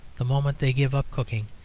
the moment they give up cooking,